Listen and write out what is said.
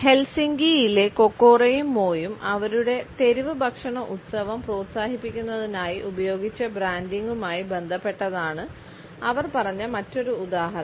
ഹെൽസിങ്കിയിലെ കൊക്കോറോയും മോയിയും ബന്ധപ്പെട്ടതാണ് അവർ പറഞ്ഞ മറ്റൊരു ഉദാഹരണം